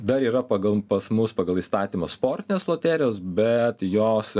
dar yra pagal pas mus pagal įstatymą sportinės loterijos bet jos